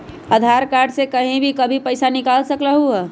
आधार card से कहीं भी कभी पईसा निकाल सकलहु ह?